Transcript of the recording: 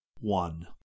One